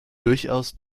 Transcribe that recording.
durchaus